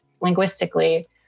linguistically